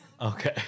Okay